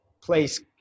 place